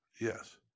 Yes